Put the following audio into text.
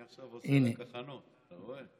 אני עכשיו עושה רק הכנות, אתה רואה.